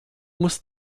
muss